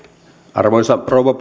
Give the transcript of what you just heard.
arvoisa rouva